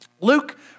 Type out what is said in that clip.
Luke